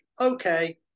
okay